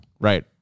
right